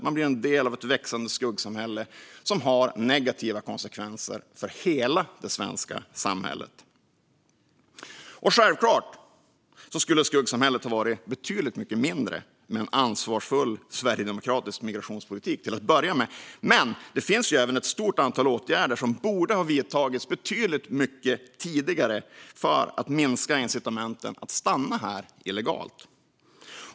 De blir en del av ett växande skuggsamhälle, som har negativa konsekvenser för hela det svenska samhället. Självklart skulle skuggsamhället ha varit betydligt mindre med en ansvarsfull sverigedemokratisk migrationspolitik till att börja med, men det finns även ett stort antal åtgärder som borde ha vidtagits betydligt tidigare för att minska incitamenten för att stanna här illegalt.